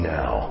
now